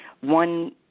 one